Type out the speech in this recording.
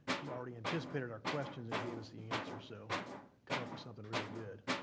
he already anticipated our questions and gave us the answers, so come up with something really good.